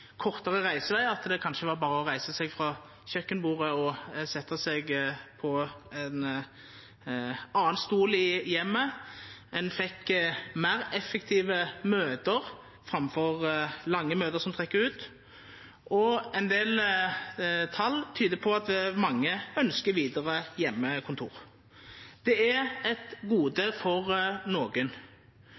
kortare reiseveg, at det kanskje var berre å reisa seg frå kjøkkenbordet og setja seg på ein annan stol i heimen. Ein fekk meir effektive møte framfor lange møte som trekkjer ut, og ein del tal tyder på at mange ønskjer vidare heimekontor. Det er eit gode for nokon.